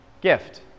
gift